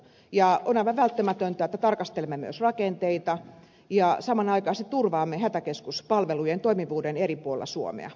on aivan välttämätöntä että tarkastelemme myös rakenteita ja samanaikaisesti turvaamme hätäkeskuspalvelujen toimivuuden eri puolilla suomea